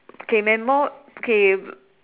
K memor~ K